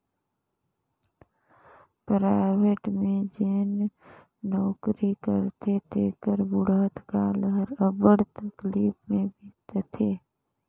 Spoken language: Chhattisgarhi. पराइबेट में जेन नउकरी करथे तेकर बुढ़त काल हर अब्बड़ तकलीफ में बीतथे